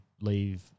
leave